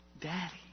Daddy